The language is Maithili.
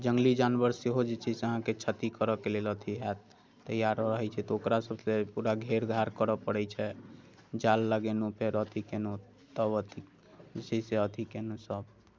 जङ्गली जानवर सेहो जे छै से अहाँकेँ क्षति करऽके लेल अथि होयत तैआर रहै छै तऽ ओकरासँ पूरा घेर घार करऽ पड़ैत छै जाल लगेलहुँ फेर अथि कयलहुँ तब अथि खुशी से अथि कयलहुँ सभ